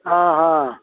ಹಾಂ ಹಾಂ